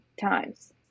times